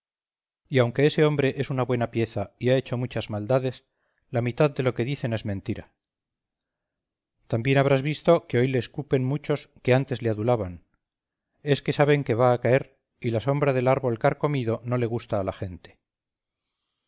y aunque ese hombre es una buena pieza y ha hecho muchas maldades la mitad de lo que dicen es mentira también habrás visto que hoy le escupen muchos que antes le adulaban es que saben que va a caer y la sombra del árbol carcomido no le gusta a la gente